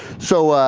so